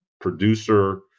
producer